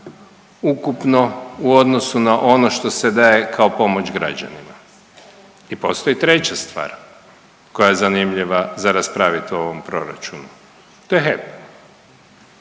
ukupno u odnosu na ono što se daje kao pomoć građanima? I postoji treća stvar koja je zanimljiva za raspravit u ovom proračunu, to je HEP,